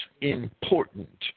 important